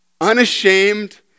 unashamed